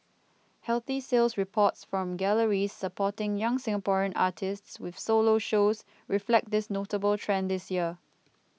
healthy sales reports from galleries supporting young Singaporean artists with solo shows reflect this notable trend this year